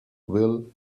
will